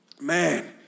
man